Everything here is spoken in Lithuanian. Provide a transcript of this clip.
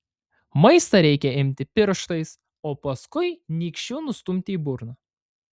maistą reikia imti pirštais o paskui nykščiu nustumti į burną